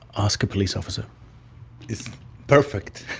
ask a police officer it's perfect.